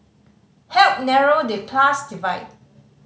help narrow the class divide